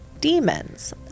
demons